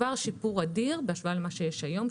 כבר שיפור אדיר בהשוואה למה שיש היום,